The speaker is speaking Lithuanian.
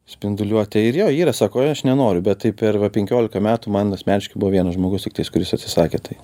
spinduliuotę ir jo yra sako oi aš nenoriu bet tai per va penkiolika metų man asmeniškai buvo vienas žmogus tiktai kuris atsisakė tai